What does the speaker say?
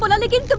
but and you